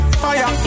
fire